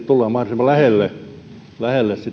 tullaan mahdollisimman lähelle